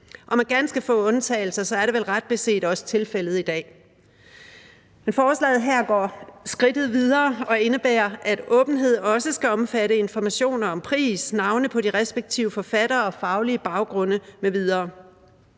og med ganske få undtagelser er det vel ret beset også tilfældet i dag. Men forslaget her går skridtet videre og indebærer, at åbenhed også skal omfatte informationer om pris og navne på de respektive forfattere og deres faglige baggrunde m.v.